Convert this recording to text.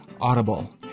Audible